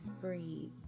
breathe